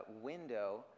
window